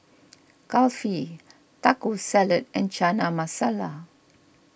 Kulfi Taco Salad and Chana Masala